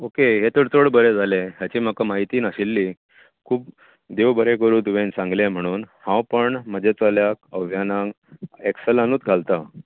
okay हें तर चड बरें जालें हाची म्हाका म्हायती नाशिल्ली खूब देव बरें करूं तुवें सांगलें म्हणून हांव पण म्हज्या चल्याक अवयानाक एकसेलांनूच घालता